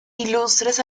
ilustres